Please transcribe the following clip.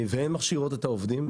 והן מכשירות את העובדים.